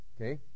Okay